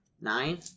Nine